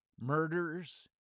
Murders